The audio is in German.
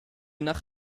nach